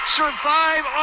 survive